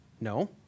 No